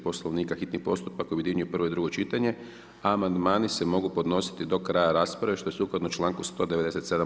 Poslovnika, hitni postupak objedinjuje prvo i drugo čitanje, a Amandmani se mogu podnositi do kraja rasprave, što je sukladno čl. 197.